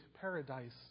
paradise